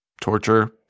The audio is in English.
torture